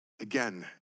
again